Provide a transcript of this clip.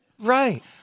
Right